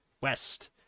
west